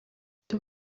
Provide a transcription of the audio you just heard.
kuko